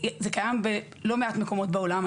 זה קיים בלא מעט מדינות בעולם.